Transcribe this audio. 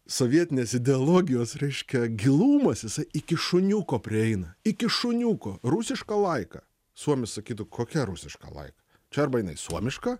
sovietinės ideologijos reiškia gilumas jisai iki šuniuko prieina iki šuniuko rusiška laika suomis sakytų kokia rusiška laika čia arba jinai suomiška